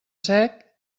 sec